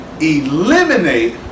eliminate